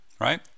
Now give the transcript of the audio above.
right